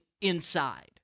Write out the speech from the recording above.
inside